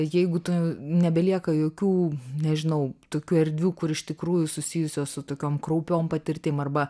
jeigu tu nebelieka jokių nežinau tokių erdvių kur iš tikrųjų susijusio su tokiom kraupiom patirtim arba